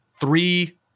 three